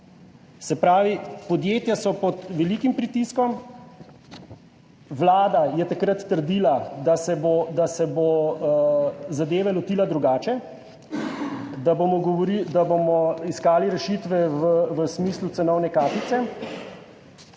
se pravi, podjetja so pod velikim pritiskom. Vlada je takrat trdila, da se bo zadeve lotila drugače, da bomo iskali rešitve v smislu cenovne kapice.